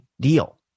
deal